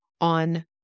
on